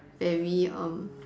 very um